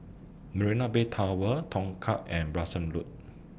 Marina Bay Tower Tongkang and Branksome Road